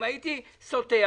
אם הייתי סוטה,